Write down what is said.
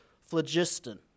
phlogiston